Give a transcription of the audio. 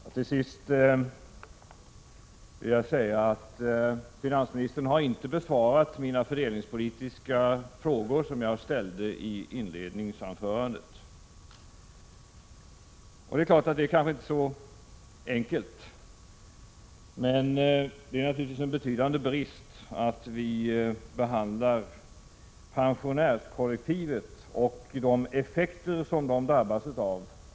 Vidare kan jag konstatera att finansministern inte svarat på mina frågor om fördelningspolitiken som jag ställde i inledningsanförandet. Det kanske inte är så enkelt. Det är naturligtvis en betydande brist att vi nu diskuterar effekterna för pensionärskollektivet av dagens beslut i samband med att vi — Prot.